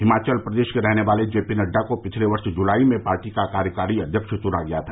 हिमाचल प्रदेश के रहने वाले जे पी नड्डा को पिछले वर्ष जुलाई में पार्टी का कार्यकारी अध्यक्ष चुना गया था